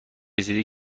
رسیده